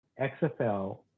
XFL